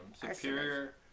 Superior